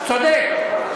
צודק.